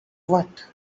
what